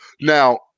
Now